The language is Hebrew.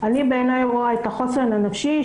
את החוסן הנפשי.